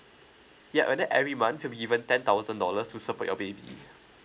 ya and then every month to be given ten thousand dollars to support your baby